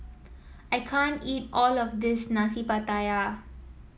I can't eat all of this Nasi Pattaya